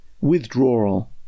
withdrawal